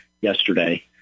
yesterday